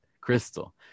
Crystal